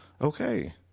Okay